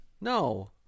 no